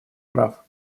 прав